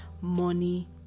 money